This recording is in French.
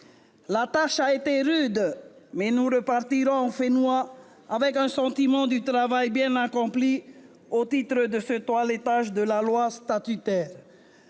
La tâche a été rude, mais nous repartirons au avec le sentiment du travail bien accompli au titre de ce toilettage de la loi statutaire.